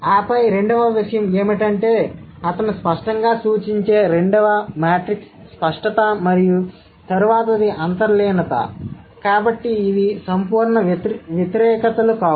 ఆపై రెండవ విషయం ఏమిటంటే అతను స్పష్టంగా సూచించే రెండవ మాట్రిక్స్ స్పష్టత మరియు తరువాతది అంతర్లీనత కాబట్టి ఇవి సంపూర్ణ వ్యతిరేకతలు లేవు